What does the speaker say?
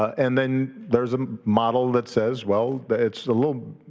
and then there's a model that says, well, that it's a little,